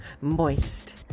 moist